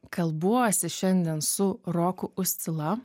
kalbuosi šiandien su roku uscila